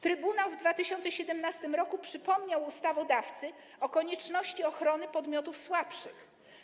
Trybunał w 2017 r. przypomniał ustawodawcy o konieczności ochrony podmiotów słabszych.